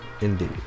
Indeed